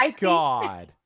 God